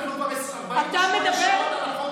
אנחנו כבר 48 שעות על החוק הזה --- זמן.